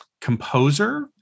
composer